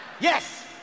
Yes